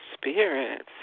spirits